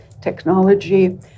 technology